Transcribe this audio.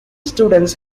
students